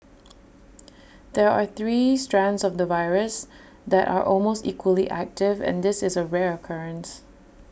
there are three strains of the virus that are almost equally active and this is A rare occurrence